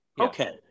Okay